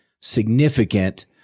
significant